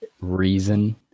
reason